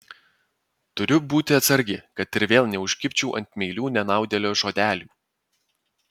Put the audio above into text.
turiu būti atsargi kad ir vėl neužkibčiau ant meilių nenaudėlio žodelių